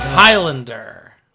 Highlander